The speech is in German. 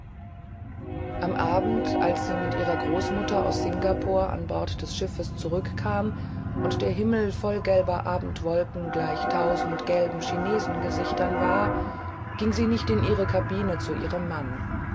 am abend als sie mit ihrer großmutter aus singapore an bord des schiffes zurückkam und der himmel voll gelber abendwolken gleich tausend gelben chinesengesichtern war ging sie nicht in ihre kabine zu ihrem mann